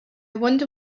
wonder